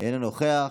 אינו נוכח.